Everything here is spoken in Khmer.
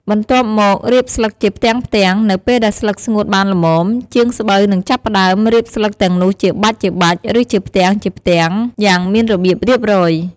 បន្ទាប់ម ការរៀបស្លឹកជាផ្ទាំងៗ នៅពេលដែលស្លឹកស្ងួតបានល្មម ជាងស្បូវនឹងចាប់ផ្ដើម រៀបស្លឹកទាំងនោះជាបាច់ៗ ឬជាផ្ទាំងៗ យ៉ាងមានរបៀបរៀបរយ។